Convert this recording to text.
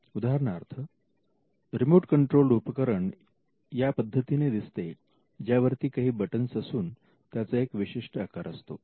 उदाहरणार्थ remote controlled उपकरण या पद्धतीने दिसते ज्या वरती काही बटनस असून त्याचा एक विशिष्ट आकार असतो